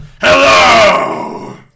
Hello